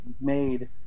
made